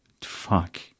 Fuck